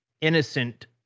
innocent